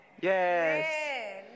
Yes